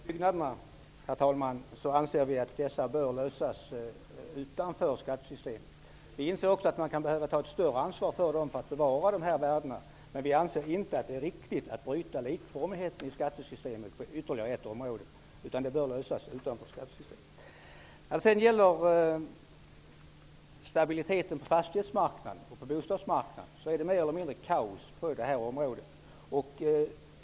Herr talman! När det gäller kulturhistoriskt intressanta byggnader anser vi att sådana här frågor bör lösas utanför skattesystemet. Vi inser också att det kan vara nödvändigt att ta ett större ansvar för sådana här byggnader för att bevara dessa värden. Men vi anser inte att det är riktigt att bryta likformigheten i skattesystemet på ytterligare ett område. Detta bör alltså lösas utanför skattesystemet. När det sedan gäller stabiliteten på fastighets och bostadsmarknaden kan jag konstatera att det råder mer eller mindre kaos.